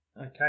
Okay